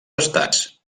estats